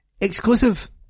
Exclusive